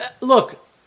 look